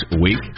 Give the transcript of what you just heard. week